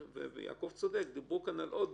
יעקב צודק, דיברו פה על עוד